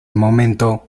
momento